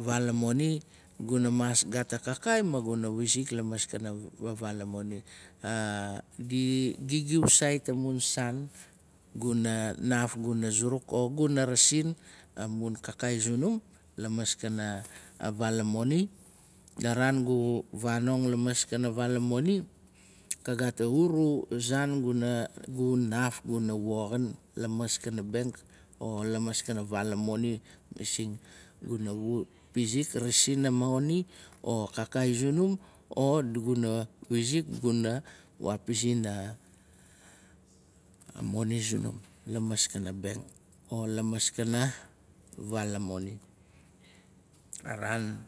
A vaal a moni guna maas gaat a kakaai maguna wizik lamaskana vaal amoni. Di gigiu sait amun saan, guna naaf guna zuruk o guna rasin amun kaikai sunum lamaskana avaal a moni. La raan gu vanong, lamaskana vaal a moni. La raan gu vanong, lamaskana vaal a moni. ka gaat a uru zaan gunaaf guna woxin. lamaskana benk o lamaskana vaal a moni. Masing guna wut pizik. rasin a moni o kakaai zunum. o guna wizik wapizin a moni zunum lamaskana benk o lamaskana vaal a moni. A raan